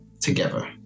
together